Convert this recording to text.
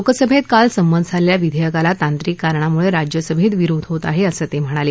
लोकसभेत काल संमत झालेल्या विधेयकाला तांत्रिक कारणामुळे राज्यसभेत विरोध होत आहे असं ते म्हणाले